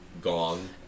gong